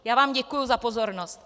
Já vám děkuji za pozornost.